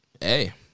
Hey